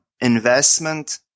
investment